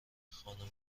خانومه